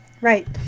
Right